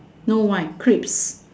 no Y crisp